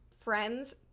friends